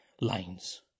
lines